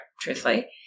truthfully